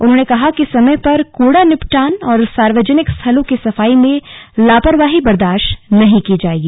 उन्होंने कहा कि समय पर कूड़ा निपटान और सार्वजनिक स्थलों की सफाई में लापरवाही बर्दाश्त नहीं की जाएगी